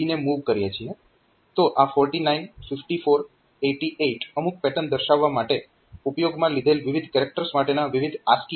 તો આ 49 54 88 અમુક પેટર્ન દર્શાવવા માટે ઉપયોગમાં લીધેલ વિવિધ કેરેક્ટર્સ માટેના વિવિધ ASCII કોડ છે